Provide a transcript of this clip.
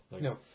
No